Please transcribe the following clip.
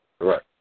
Right